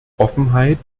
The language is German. offenheit